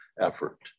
effort